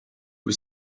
was